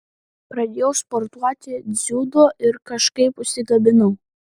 pradėjau sportuoti dziudo ir kažkaip užsikabinau